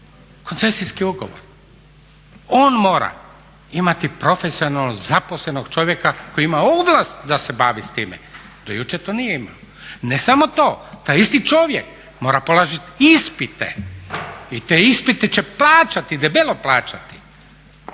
Koncesijski ugovor. On mora imati profesionalno zaposlenog čovjeka koji ima ovlast da se bavi s time. Do jučer to nije imao. Ne samo to, taj isti čovjek mora položit ispite i te ispite će plaćati, debelo plaćati.